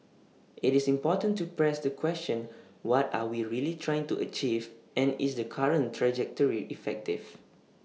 IT is important to press the question what are we really trying to achieve and is the current trajectory effective